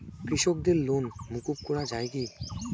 কৃষকদের লোন মুকুব করা হয় কি?